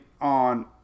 on